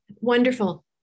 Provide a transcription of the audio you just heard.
Wonderful